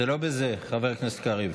זה לא בזה, חבר הכנסת קריב.